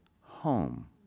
home